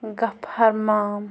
گَفار مام